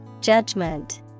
Judgment